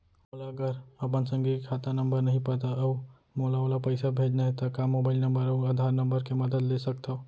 मोला अगर अपन संगी के खाता नंबर नहीं पता अऊ मोला ओला पइसा भेजना हे ता का मोबाईल नंबर अऊ आधार नंबर के मदद ले सकथव?